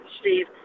Steve